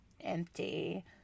empty